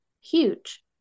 huge